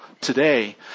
today